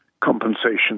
compensation